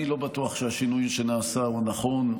אני לא בטוח שהשינוי שנעשה הוא נכון.